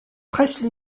presse